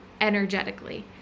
energetically